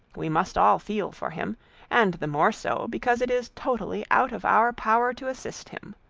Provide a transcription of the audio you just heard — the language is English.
we must all feel for him and the more so, because it is totally out of our power to assist him.